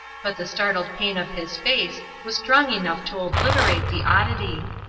but the startled pain of his face was strong enough to obliterate the oddity.